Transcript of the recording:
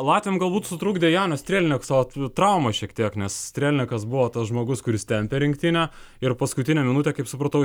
latviam gal būt sutrukdė janis strelneksovas trauma šiek tiek nes strelnekas buvo tas žmogus kuris tempė rinktinę ir paskutinę minutę kaip supratau